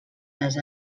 les